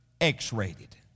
X-rated